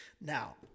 Now